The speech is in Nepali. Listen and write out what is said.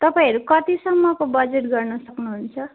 तपाईँहरू कतिसम्मको बजेट गर्नु सक्नुहुन्छ